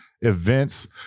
events